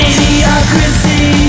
Idiocracy